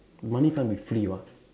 money can't be free what